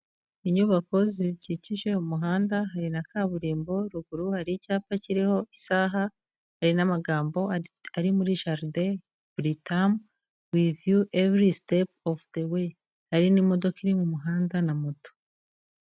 Inyubako zikikije umuhanda hari na kaburimbo ruguru hari icyapa kiriho isaha hari n'amagambo ari muri jaride buritamu everi sitepu ofudeli hari n'imodoka iri mu muhanda na moto.